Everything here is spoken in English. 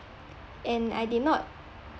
and I did not